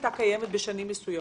שהייתה קיימת בשנים מסוימות.